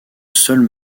seul